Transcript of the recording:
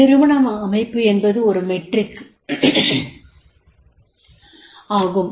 நிறுவன அமைப்பு என்பதும் ஒரு மெட்ரிக் ஆகும்